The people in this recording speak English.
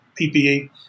PPE